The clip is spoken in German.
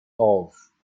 auf